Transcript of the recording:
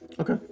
Okay